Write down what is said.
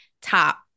top